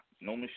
No